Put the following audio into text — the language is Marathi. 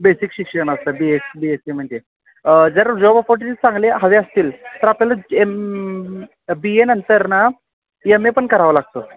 बेसिक शिक्षण असतं बी एस बी एस्सी म्हणजे जर जॉब ऑपॉर्च्युनिटी चांगले हवे असतील तर आपल्याला एम बी एनंतर ना यम ए पण करावं लागतं